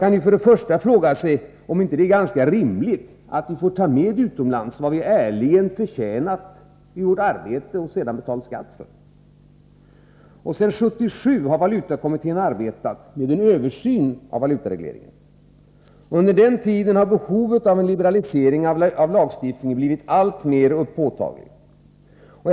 Man kan först och främst fråga sig om det inte är ganska rimligt att vi får ta med utomlands vad vi ärligen förtjänat i vårt arbete och sedan betalat skatt för. Sedan 1977 har valutakommittén arbetet med en översyn av valutaregleringen. Under den tiden har behovet av en liberalisering av lagstiftningen blivit alltmer påtagligt.